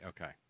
okay